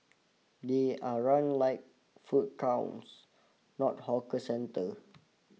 they are run like food courts not hawker centre